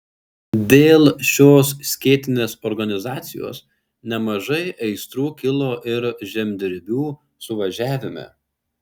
dėl šios skėtinės organizacijos nemažai aistrų kilo ir žemdirbių suvažiavime